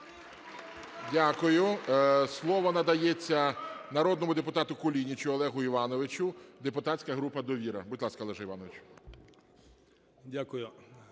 Дякую. Слово надається народному депутату Кулінічу Олегу Івановичу, депутатська група "Довіра". Будь ласка, Олеже Івановичу.